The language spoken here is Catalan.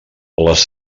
les